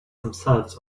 themselves